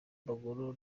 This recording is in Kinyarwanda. amaguru